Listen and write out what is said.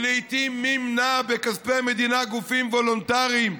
היא לעיתים מימנה בכספי מדינה גופים וולונטריים,